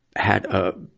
had a,